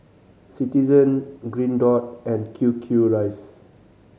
Citizen Green Dot and Q Q Rice